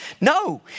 No